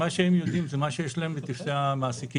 מה שהם יודעים זה מה שיש להם בטפסי המעסיקים,